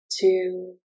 two